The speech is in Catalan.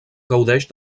gaudeix